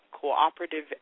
cooperative